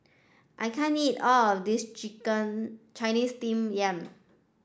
I can't eat all of this chicken Chinese steam yam